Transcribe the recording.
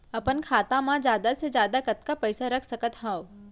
अपन खाता मा जादा से जादा कतका पइसा रख सकत हव?